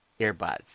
earbuds